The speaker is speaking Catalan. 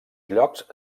llocs